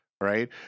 Right